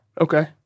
Okay